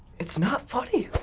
it's not funny.